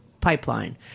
pipeline